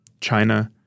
China